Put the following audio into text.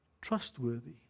trustworthy